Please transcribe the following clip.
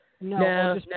No